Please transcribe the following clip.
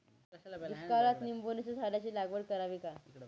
दुष्काळात निंबोणीच्या झाडाची लागवड करावी का?